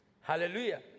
Hallelujah